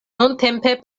nuntempe